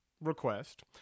request